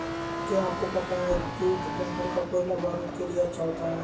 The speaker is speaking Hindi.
क्या आपको पता है जूट डंठल का कोयला बारूद के लिए अच्छा होता है